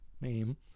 name